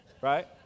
right